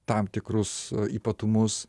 tam tikrus ypatumus